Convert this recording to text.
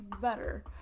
better